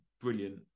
brilliant